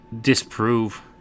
disprove